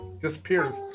disappears